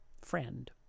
friend